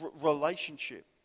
relationship